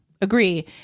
Agree